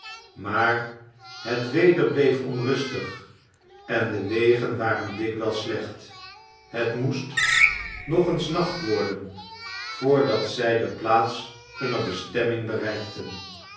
maar het weder bleef ongunstig en de wegen waren dikwijls slecht het moest nog eens nacht worden voordat zij de plaats hunner bestemming bereikten